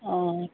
অঁ